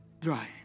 dry